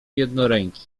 jednoręki